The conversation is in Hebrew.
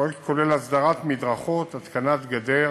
הפרויקט כולל הסדרת מדרכות והתקנת גדר